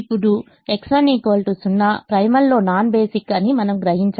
ఇప్పుడు X1 0 primal లో non basic అని మనం గ్రహించాము